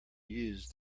use